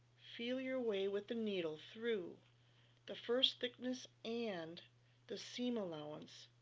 feel your way with the needle through the first thickness and the seam allowance